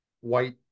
white